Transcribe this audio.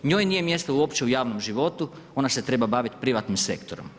Njoj nije mjesto uopće u javnom životu, ona se treba baviti privatnim sektorom.